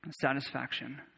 satisfaction